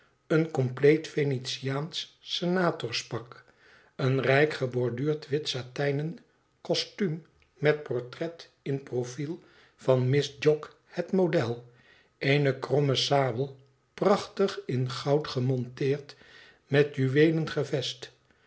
een compleet venetiaansch senators pak een rijk geborduurd wit satijnen postuum met portret in profiel van miss jogg het model eene krommesabel prachtig in goud gemonteerd m et juweelen gevest